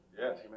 yes